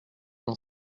dans